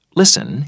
listen